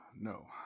No